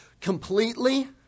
completely